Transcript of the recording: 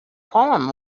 poem